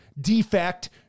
defect